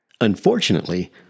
Unfortunately